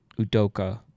Udoka